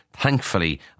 thankfully